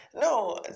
no